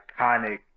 iconic